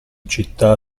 città